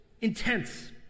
intense